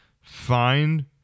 find